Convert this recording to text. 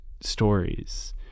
stories